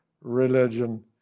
religion